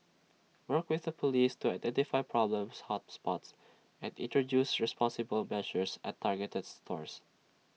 work with the Police to identify problems hot spots and introduce responsible measures at targeted stores